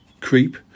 creep